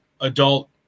adult